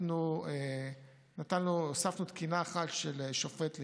אנחנו הוספנו תקינה אחת לשופט בירושלים,